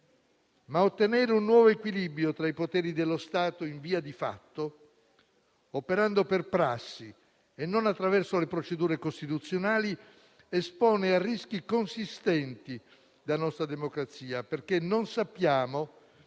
ma ottenere un nuovo equilibrio tra i poteri dello Stato in via di fatto, operando per prassi e non attraverso le procedure costituzionali, espone a rischi consistenti la nostra democrazia perché non sappiamo